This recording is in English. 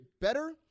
better